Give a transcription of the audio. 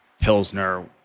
pilsner